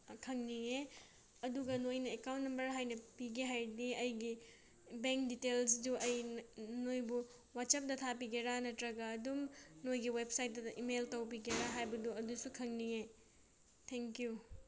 ꯈꯪꯅꯤꯡꯉꯦ ꯑꯗꯨꯒ ꯅꯣꯏꯅ ꯑꯦꯛꯀꯥꯎꯟ ꯅꯝꯕꯔ ꯍꯥꯏꯅ ꯄꯤꯒꯦ ꯍꯥꯏꯔꯗꯤ ꯑꯩꯒꯤ ꯕꯦꯡ ꯗꯤꯇꯦꯜꯁꯇꯨ ꯑꯩ ꯅꯣꯏꯕꯨ ꯋꯥꯆꯞꯇ ꯊꯥꯕꯤꯒꯦꯔꯥ ꯅꯠꯇ꯭ꯔꯒ ꯑꯗꯨꯝ ꯅꯣꯏꯒꯤ ꯋꯦꯞꯁꯥꯏꯠꯇꯨꯗ ꯏꯃꯦꯜ ꯇꯧꯕꯤꯒꯦꯔꯥ ꯍꯥꯏꯕꯗꯨ ꯑꯗꯨꯁꯨ ꯈꯪꯅꯤꯡꯉꯦ ꯊꯦꯡ ꯌꯨ